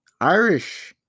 Irish